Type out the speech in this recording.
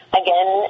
again